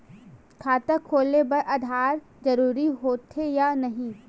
खाता खोले बार आधार जरूरी हो थे या नहीं?